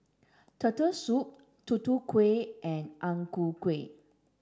turtle soup Tutu Kueh and Ang Ku Kueh